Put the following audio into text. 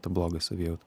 tą blogą savijautą